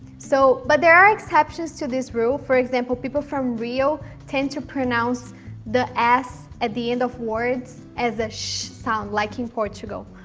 so but there are exceptions to this rule. for example people from rio tend to pronounce the s at the end of words as a shhh sound like in portugal,